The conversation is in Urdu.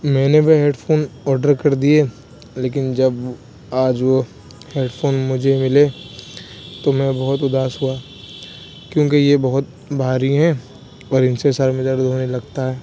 میں نے وہ ہیڈ فون آڈر کر دیے لیکن جب آج وہ ہیڈ فون مجھے ملے تو میں بہت اداس ہوا کیونکہ یہ بہت بھاری ہیں اور ان سے سر میں درد ہونے لگتا ہے